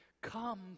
Come